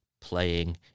playing